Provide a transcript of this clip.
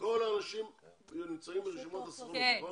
כל האנשים שנמצאים ברשימה של הסוכנות, נכון?